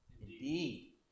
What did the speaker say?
indeed